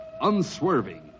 Unswerving